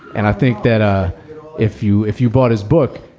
and i think that ah if you if you bought his book,